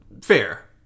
Fair